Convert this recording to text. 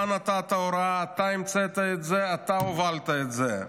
אתה נתת הוראה, אתה המצאת את זה, אתה הובלת את זה.